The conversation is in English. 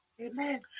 Amen